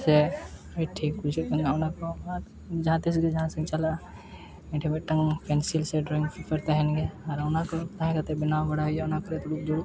ᱥᱮ ᱴᱷᱤᱠ ᱵᱩᱡᱷᱟᱹᱜ ᱠᱟᱱᱟ ᱚᱱᱟᱠᱚ ᱡᱟᱦᱟᱸ ᱛᱤᱥᱜᱮ ᱡᱟᱦᱟᱥᱮᱫ ᱤᱧ ᱪᱟᱞᱟᱜᱼᱟ ᱤᱧᱴᱷᱮᱱ ᱢᱤᱫᱴᱟᱝ ᱯᱮᱱᱥᱤᱞ ᱥᱮ ᱰᱨᱚᱭᱤᱝ ᱯᱮᱯᱟᱨ ᱛᱟᱦᱮᱱ ᱜᱮᱭᱟ ᱟᱨ ᱚᱱᱟᱠᱚ ᱛᱟᱦᱮᱸ ᱠᱟᱛᱮᱫ ᱵᱮᱱᱟᱣ ᱵᱟᱲᱟᱭ ᱦᱩᱭᱩᱜᱼᱟ ᱚᱱᱟ ᱠᱚᱨᱮ ᱫᱩᱲᱩᱵ ᱫᱩᱲᱩᱵ